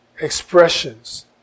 expressions